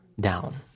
Down